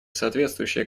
соответствующее